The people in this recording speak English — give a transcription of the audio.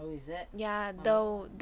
oh is it then